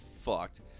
fucked